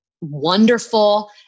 wonderful